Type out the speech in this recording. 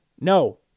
No